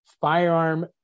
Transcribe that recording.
Firearm